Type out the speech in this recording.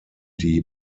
die